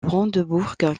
brandebourg